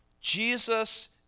Jesus